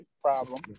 Problem